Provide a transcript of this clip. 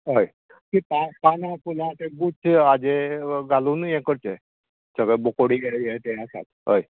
हय तीं पानां फुलां तें पुट्टे हाचेर घालून ये करचें सगळें बोकोडये ये ते आसात हय